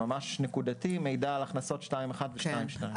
ממש נקודתי, מידע על הכנסות 2.1 ו-2.2.